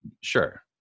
Sure